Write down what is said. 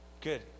good